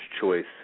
choice